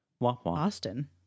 Austin